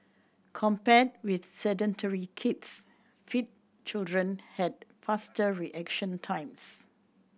compared with sedentary kids fit children had faster reaction times